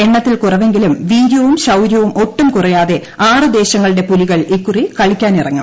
എണ്ണത്തിൽ കുറവെങ്കിലും വീര്യവും ശൌര്യവും ഒട്ടും കുറയാതെ ആറ് ദേശങ്ങളുടെ പുലികൾ ഇക്കുറി കളിക്കാൻ ഇറങ്ങും